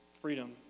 freedom